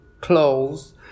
clothes